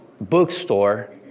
bookstore